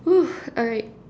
!woo! alright